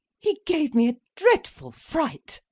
he gave me a dreadful fright.